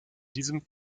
diesem